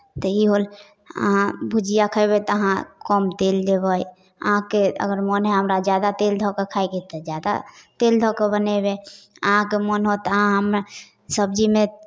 तऽ ई होल अहाँ भुजिया खयबै तऽ अहाँ कम तेल देबै अहाँके अगर मोन हए हमरा ज्यादा तेल धऽ कऽ खाइके तऽ ज्यादा तेल धऽ कऽ बनयबै अहाँके मोन होत तऽ अहाँ हमरा सब्जीमे